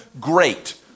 Great